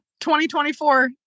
2024